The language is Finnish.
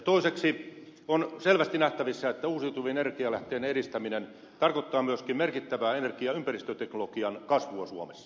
toiseksi on selvästi nähtävissä että uusiutuvien energialähteiden edistäminen tarkoittaa myöskin merkittävää energia ja ympäristöteknologian kasvua suomessa